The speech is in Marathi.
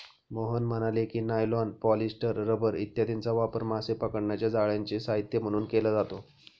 मोहन म्हणाले की, नायलॉन, पॉलिस्टर, रबर इत्यादींचा वापर मासे पकडण्याच्या जाळ्यांचे साहित्य म्हणून केला जातो